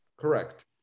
correct